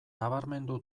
nabarmendu